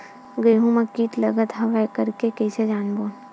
गेहूं म कीट लगत हवय करके कइसे जानबो?